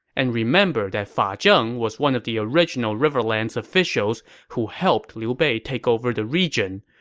and remember that fa ah zheng was one of the original riverlands officials who helped liu bei take over the region.